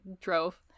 drove